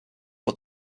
but